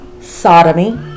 Sodomy